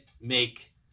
make